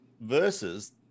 versus